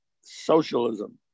socialism